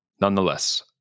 Nonetheless